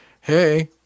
Hey